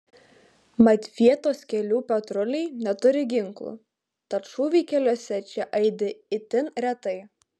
mat vietos kelių patruliai neturi ginklų tad šūviai keliuose čia aidi itin retai